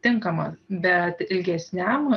tinkama bet ilgesniam